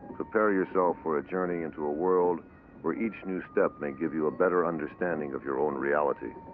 prepare yourself for a journey into a world where each new step may give you a better understanding of your own reality,